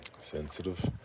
sensitive